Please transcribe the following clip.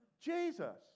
Jesus